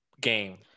game